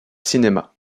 cinéma